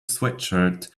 sweatshirt